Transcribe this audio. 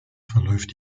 verläuft